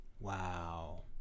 wow